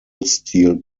steel